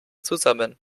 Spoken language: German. zusammen